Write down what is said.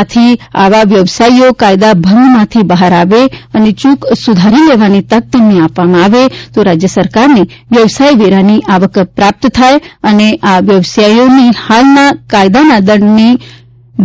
આથી આવા વ્યવસાયીઓ કાયદા ભંગમાંથી બહાર આવે અને ચૂક સુધારી લેવાની તક તેમને આપવામાં આવે તો રાજ્ય સરકારને વ્યવસાય વેરાની આવક પ્રાપ્ત થાય અને આ વ્યવસાયીઓની હાલનાં કાયદાના દંડની